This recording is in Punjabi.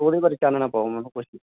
ਓਹਦੇ ਬਾਰੇ ਚਾਨਣਾ ਪਾਓ ਮੈਨੂੰ ਕੁਛ ਜੀ